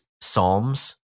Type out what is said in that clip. psalms